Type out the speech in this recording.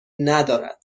ندارد